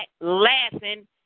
laughing